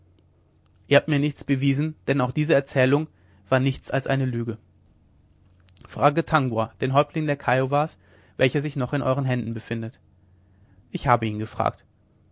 ihr habt mir nichts bewiesen denn auch diese erzählung war nichts als lüge frage tangua den häuptling der kiowas welcher sich noch in euren händen befindet ich habe ihn gefragt